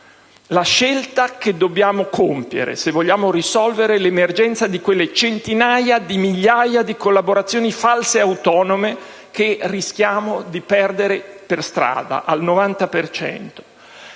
la scelta che dobbiamo compiere, se vogliamo risolvere l'emergenza di quelle centinaia di migliaia di collaborazioni false-autonome che rischiamo di perdere per strada al 90